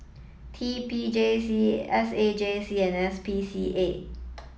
T P J C S A J C and S P C A